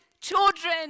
children